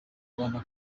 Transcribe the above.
rwanda